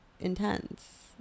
intense